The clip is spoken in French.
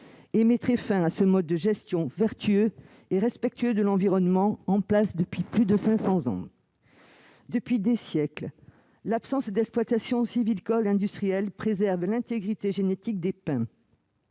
et mettrait fin à ce mode de gestion vertueux et respectueux de l'environnement, en place depuis plus de cinq cents ans. Depuis des siècles, l'absence d'exploitation sylvicole industrielle préserve l'intégrité génétique des pins